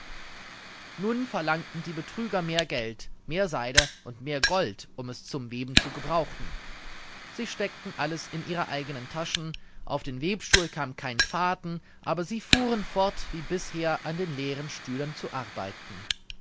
nun verlangten die betrüger mehr geld mehr seide und mehr gold um es zum weben zu gebrauchen sie steckten alles in ihre eigenen taschen auf den webstuhl kam kein faden aber sie fuhren fort wie bisher an den leeren stühlen zu arbeiten